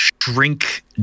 drink